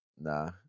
Nah